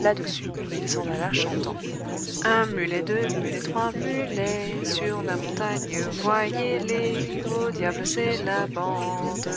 là-dessus il s'en alla chantant un mulet deux mulets trois mulets sur la montagne voyez-les au diable c'est la bande